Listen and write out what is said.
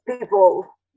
people